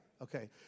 Okay